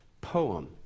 poem